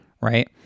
Right